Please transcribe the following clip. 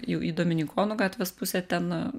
jau į dominikonų gatvės pusę ten